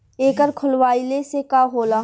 एकर खोलवाइले से का होला?